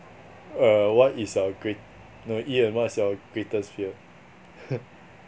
err what is your great no ian what's your greatest fear